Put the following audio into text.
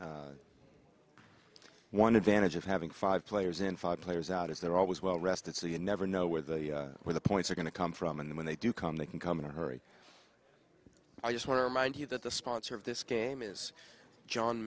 so one advantage of having five players in five players out is they're always well rested so you never know where the where the points are going to come from and when they do come they can come in a hurry i just want to remind you that the sponsor of this game is john